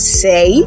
say